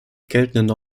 geltende